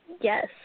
Yes